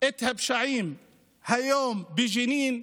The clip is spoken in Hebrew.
את הפשעים היום בג'נין,